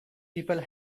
people